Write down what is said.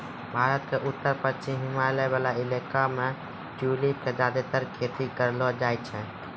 भारत के उत्तर पश्चिमी हिमालय वाला इलाका मॅ ट्यूलिप के ज्यादातर खेती करलो जाय छै